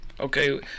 Okay